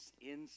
inside